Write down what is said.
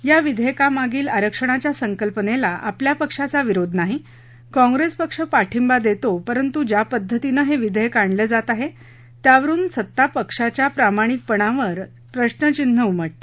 या विधेयकामागील आरक्षणाच्या संकल्पनेला आपल्या पक्षाचा विरोध नाही काँग्रेस पक्ष पाठींबा देतो परंतु ज्या पद्धतीने हे विधेयक आणले जात आहे त्यावरुन सत्तापक्षाच्या प्रामणिकपणावर प्रश्नचिन्ह उमटते